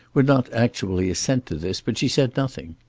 would not actually assent to this, but she said nothing.